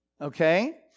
Okay